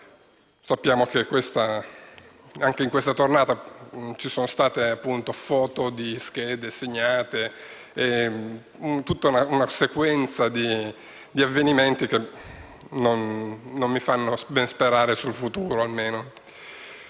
sappiamo che anche in questa tornata elettorale ci sono state foto di schede segnate e tutta una sequenza di avvenimenti che non mi fanno ben sperare sul futuro.